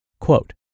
quote